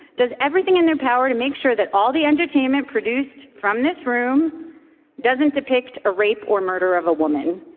does everything in their power to make sure that all the entertainment produced from this room doesn't depict a rape or murder of a woman?